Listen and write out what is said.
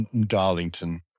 Darlington